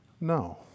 No